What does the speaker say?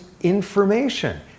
information